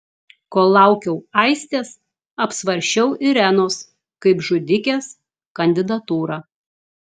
kol laukiau aistės apsvarsčiau irenos kaip žudikės kandidatūrą